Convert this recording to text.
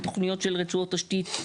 בתוכניות של רצועות תשתית,